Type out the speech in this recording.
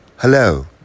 Hello